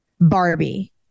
Barbie